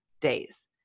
days